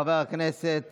חבר הכנסת